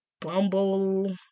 Bumble